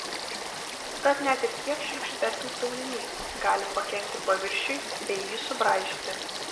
tad net ir kiek šiurkštesnis audinys gali pakenkti paviršiui bei jį subraižyti